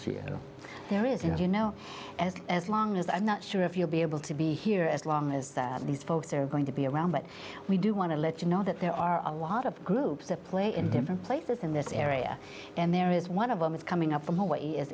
isn't you know and as long as i'm not sure if you'll be able to be here as long as these folks are going to be around but we do want to let you know that there are a lot of groups that play in different places in this area and there is one of them is coming up from hawaii is